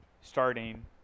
starting